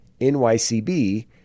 NYCB